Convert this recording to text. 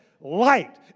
light